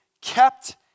kept